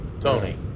Tony